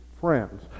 Friends